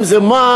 אם זה מע"מ,